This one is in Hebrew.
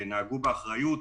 נהגו באחריות,